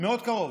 מאוד קרוב.